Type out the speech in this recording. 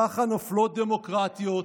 ככה נופלות דמוקרטיות.